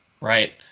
right